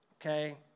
Okay